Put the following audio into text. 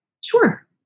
Sure